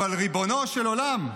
אבל ריבונו של עולם,